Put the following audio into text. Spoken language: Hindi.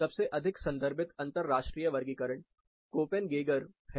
सबसे अधिक संदर्भित अंतर्राष्ट्रीय वर्गीकरण कोपेन गीगर है